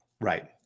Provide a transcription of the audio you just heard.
Right